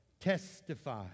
Testify